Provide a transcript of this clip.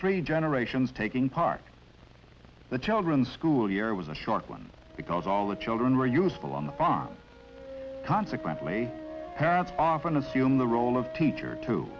three generations taking part in the children's school year was a short one because all the children were useful on the pond consequently parents often assume the role of teacher to